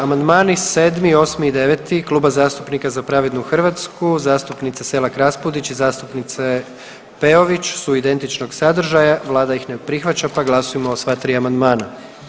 Amandmani 7., 8. i 9. Kluba zastupnika Za pravednu Hrvatsku, zastupnice Selak Raspudić i zastupnice Peović su identičnog sadržaja vlada ih ne prihvaća pa glasujmo o sva tri amandmana.